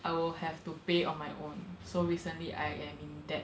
I will have to pay on my own so recently I am in debt